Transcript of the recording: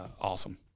Awesome